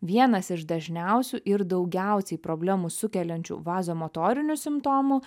vienas iš dažniausių ir daugiausiai problemų sukeliančių vazomotorinių simptomų